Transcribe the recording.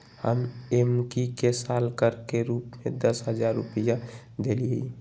हम एम्की के साल कर के रूप में दस हज़ार रुपइया देलियइ